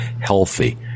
healthy